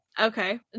Okay